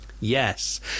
yes